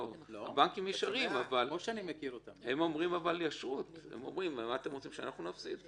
הבנקים ישרים, אבל הם אומרים: אתם רוצים שנפסיד?